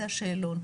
זה השאלון.